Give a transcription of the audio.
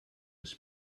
his